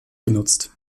genutzt